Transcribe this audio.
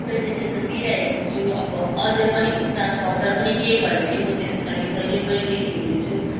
presentation दिइरहेको छु अब अझै पनि उता फर्दर पनि केही भयो भने म त्यसको लागि जहिले पनि रेडी हुनेछु